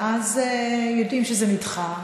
ואז יודעים שזה נדחה,